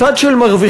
צד של מרוויחים,